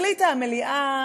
החליטה המליאה,